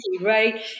right